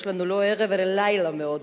יש לנו לא ערב אלא לילה מאוד ארוך.